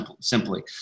simply